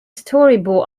storyboard